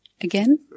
Again